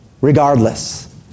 regardless